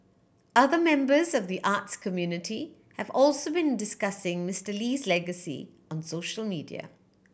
other members of the arts community have also been discussing Mister Lee's legacy on social media